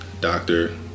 doctor